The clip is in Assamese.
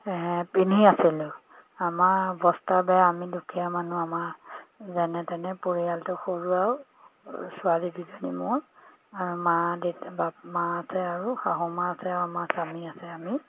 পিন্ধি আছিলোঁ আমাৰ অৱস্থা বেয়া আমি দুখীয়া মানুহ আমাৰ যেনে তেনে পৰিয়ালটো সৰু আৰু ছোৱালী দুজনী মোৰ আৰু মা দেউতা মা আছে আৰু শাহু মা আছে আৰু আমাৰ স্বামী আছে আমি